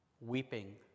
weeping